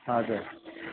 हजुर